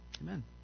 Amen